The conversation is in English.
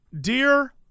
dear